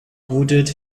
wooded